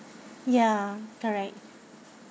ya correct